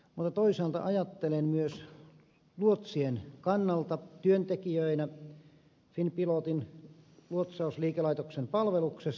mutta toisaalta ajattelen myös luotsien kannalta työntekijöitä finnpilotin luotsausliikelaitoksen palveluksessa